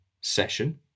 session